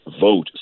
vote